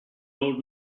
old